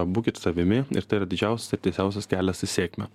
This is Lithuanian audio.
būkit savimi ir tai yra didžiausias ir tiesiausias kelias į sėkmę